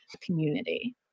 community